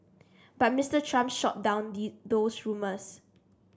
but Mister Trump shot down those rumours